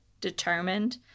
determined